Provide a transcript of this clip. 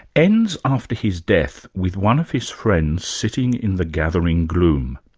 ends after his death with one of his friends sitting in the gathering gloom.